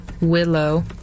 Willow